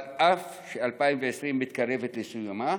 אבל אף ש-2020 מתקרבת לסיומה,